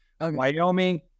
Wyoming